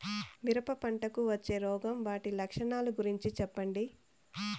మిరప పంటకు వచ్చే రోగం వాటి లక్షణాలు గురించి చెప్పండి?